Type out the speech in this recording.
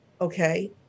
okay